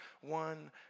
one